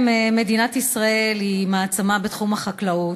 מדינת ישראל היא מעצמה בתחום החקלאות,